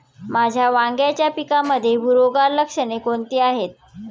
माझ्या वांग्याच्या पिकामध्ये बुरोगाल लक्षणे कोणती आहेत?